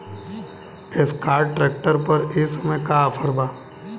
Escort tractor पर ए समय का ऑफ़र बा?